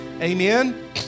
Amen